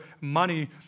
money